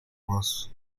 głos